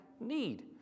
need